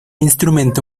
instrumento